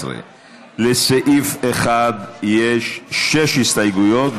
17). לסעיף 1 יש שש הסתייגויות,